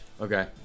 Okay